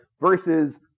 versus